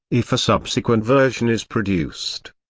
if a subsequent version is produced.